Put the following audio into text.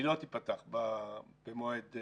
היא במועד.